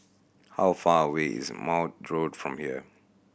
how far away is Maude Road from here